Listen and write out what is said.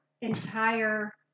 entire